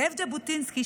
זאב ז'בוטינסקי,